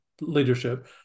leadership